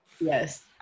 Yes